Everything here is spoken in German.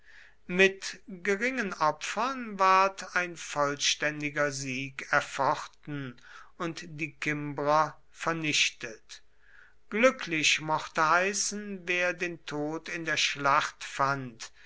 mit geringen opfern ward ein vollständiger sieg erfochten und die kimbrer vernichtet glücklich mochte heißen wer den tod in der schlacht fand